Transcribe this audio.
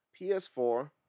PS4